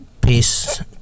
Peace